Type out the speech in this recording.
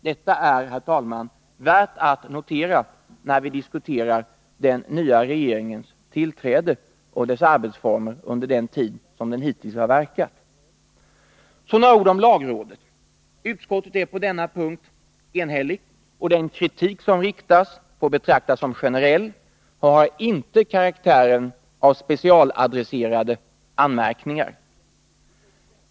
Detta är, herr talman, värt att notera när vi diskuterar den nya regeringens tillträde och dess arbetsformer under den tid den hittills verkat. Så några ord om lagrådet. Utskottet är på denna punkt enhälligt, och den kritik som riktas får betraktas som generell och har inte karaktären av specialadresserade anmärkningar.